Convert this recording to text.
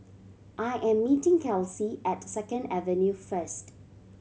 I am meeting Kelsi at Second Avenue first